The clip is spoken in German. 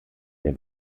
der